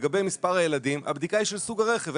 לגבי מספר הילדים הבדיקה היא של סוג הרכב,